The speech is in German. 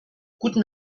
guten